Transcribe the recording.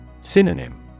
Synonym